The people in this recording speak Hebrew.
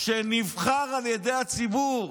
והוא נבחר על ידי הציבור